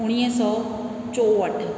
उणिवीह सौ चोहठि